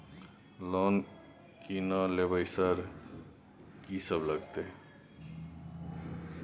Loan की ना लेबय सर कि सब लगतै?